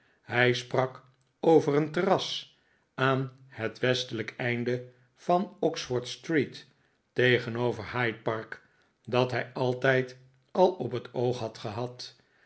hij sprak over een terras aan het westelijk einde van oxford-street tegenover hyde park dat hij altijd al op het oog had gehad